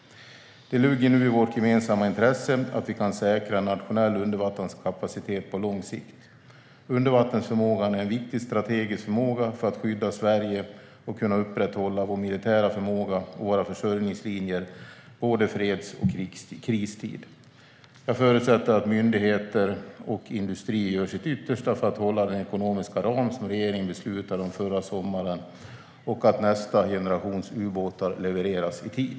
Det ligger nu i vårt gemensamma intresse att vi kan säkra en nationell undervattenskapacitet på lång sikt. Undervattensförmågan är en viktig strategisk förmåga för att skydda Sverige och kunna upprätthålla vår militära förmåga och våra försörjningslinjer under både freds och kristid. Jag förutsätter att myndigheter och industri gör sitt yttersta för att hålla den ekonomiska ram som regeringen beslutade om förra sommaren och att nästa generations ubåtar levereras i tid.